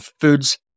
foods